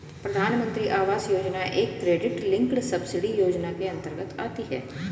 प्रधानमंत्री आवास योजना एक क्रेडिट लिंक्ड सब्सिडी योजना के अंतर्गत आती है